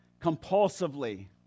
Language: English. compulsively